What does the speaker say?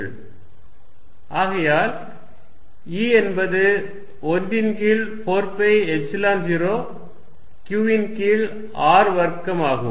ER14π0QR2 ஆகையால் E என்பது 1 ன் கீழ் 4 பை எப்சிலன் 0 Q ன் கீழ் R வர்க்கம் ஆகும்